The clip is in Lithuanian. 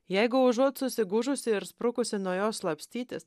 jeigu užuot susigūžusi ir sprukusi nuo jos slapstytis